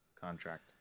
contract